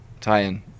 tie-in